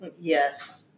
Yes